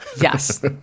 yes